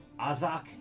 Azak